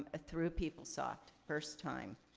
ah through peoplesoft, first time.